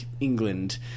England